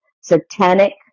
satanic